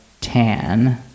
tan